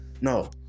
No